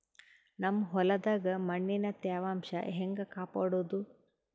ನಮ್ ಹೊಲದಾಗ ಮಣ್ಣಿನ ತ್ಯಾವಾಂಶ ಹೆಂಗ ಕಾಪಾಡೋದು?